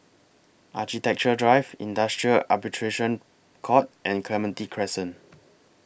Architecture Drive Industrial Arbitration Court and Clementi Crescent